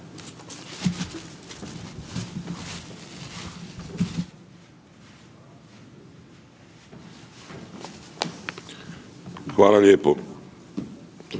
Hvala lijepo.